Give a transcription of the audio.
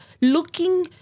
looking